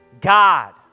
God